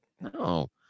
no